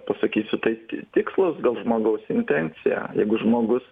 pasakysiu tai t tikslas gal žmogaus intencija jeigu žmogus